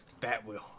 Batwheel